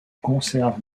conserve